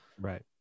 right